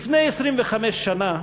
לפני 25 שנה,